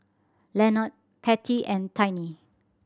Lenord Pattie and Tiny